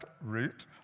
route